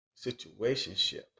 situationship